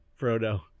Frodo